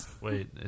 Wait